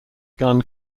gun